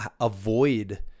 avoid